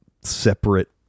separate